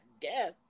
death